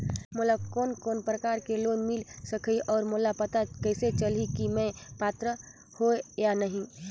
मोला कोन कोन प्रकार के लोन मिल सकही और मोला पता कइसे चलही की मैं पात्र हों या नहीं?